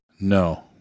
no